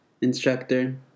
instructor